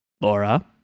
Laura